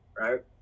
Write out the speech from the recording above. right